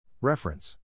Reference